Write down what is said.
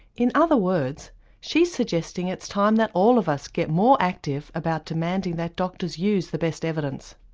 in other words she's suggesting it's time that all of us get more active about demanding that doctors use the best evidence.